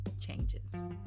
changes